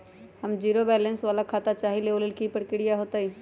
हम zero balance वाला खाता चाहइले वो लेल की की प्रक्रिया होतई?